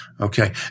Okay